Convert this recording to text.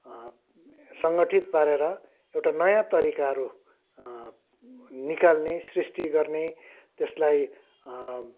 सङ्गठित पारेर एउटा नयाँ तरिकाहरू निकाल्ने सृष्टि गर्ने त्यसलाई